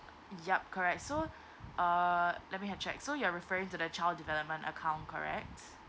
yup correct so uh let me had check so you are referring to the child development account correct